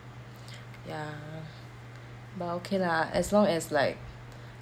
ya mor~ okay lah as long as like